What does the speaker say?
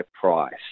price